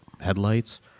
headlights